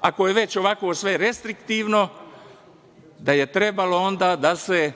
Ako je već ovako sve restriktivno, da je trebalo onda da se